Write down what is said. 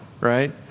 right